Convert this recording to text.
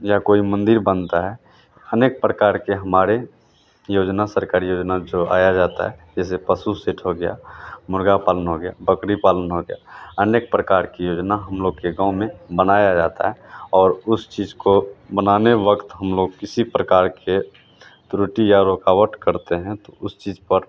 या कोई मन्दिर बनता है अनेक प्रकार के हमारी योजना सरकारी योजना जो आई जाती है जैसे पशु सेट हो गया मुर्ग़ा पालन हो गया बकरी पालन हो गया अनेक प्रकार की योजना हम लोग के गाँव में बनाई जाती है और उस चीज़ को बनाने वक़्त हम लोग किसी प्रकार की त्रुटी या रुकावट करते हैं तो उस चीज़ पर